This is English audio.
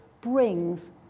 brings